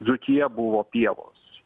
dzūkija buvo pievos